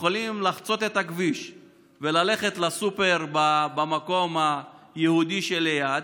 יכולים לחצות את הכביש וללכת לסופר במקום היהודי שליד,